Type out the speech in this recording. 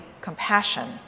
compassion